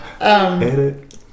Edit